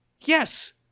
Yes